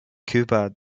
cuba